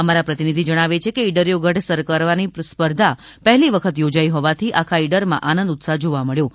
અમારા પ્રતિનિધિ જણાવે છે કે ઇડરિયો ગઢ સર કરવાની સ્પર્ધા પહેલી વખત યોજાઇ હોવાથી આખા ઇડર માં આનંદ ઉત્સાહ જોવા મળ્યો હતો